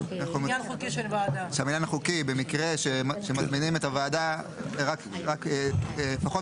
שמניין חוקי במקרה שמזמינים את הוועדה רק פחות